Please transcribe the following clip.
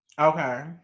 Okay